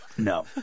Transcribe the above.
No